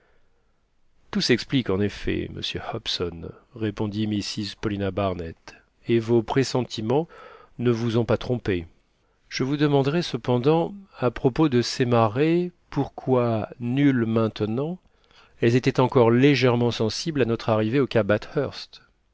tout s'explique en effet monsieur hobson répondit mrs paulina barnett et vos pressentiments ne vous ont pas trompé je vous demanderai cependant à propos de ces marées pourquoi nulles maintenant elles étaient encore légèrement sensibles à notre arrivée au